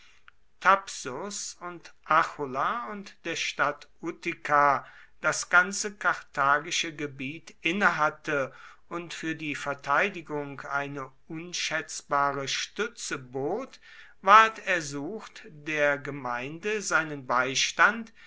thapsus und achulla und der stadt utica das ganze karthagische gebiet innehatte und für die verteidigung eine unschätzbare stütze bot ward ersucht der gemeinde seinen beistand